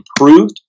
improved